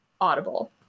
audible